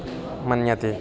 मन्यते